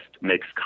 makes